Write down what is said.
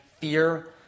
fear